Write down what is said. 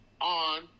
on